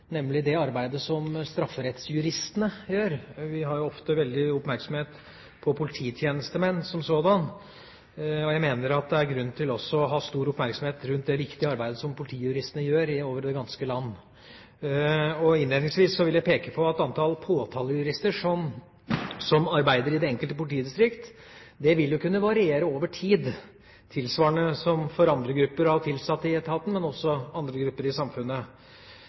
nemlig det arbeidet som strafferettsjuristene gjør. Vi har ofte stor oppmerksomhet på polititjenestemenn som sådanne, og jeg mener at det er grunn til også å ha stor oppmerksomhet rundt det viktige arbeidet som politijuristene gjør over det ganske land. Innledningsvis vil jeg peke på at antall påtalejurister som arbeider i det enkelte politidistrikt, vil kunne variere over tid, tilsvarende i andre grupper tilsatte i etaten og i andre grupper i samfunnet.